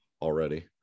already